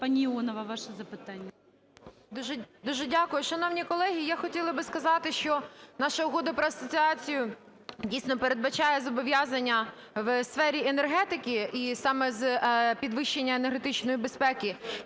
Дуже дякую. Шановні колеги, я хотіла би сказати, що наша Угода про асоціацію дійсно передбачає зобов'язання в сфері енергетики, і саме з підвищення енергетичної безпеки.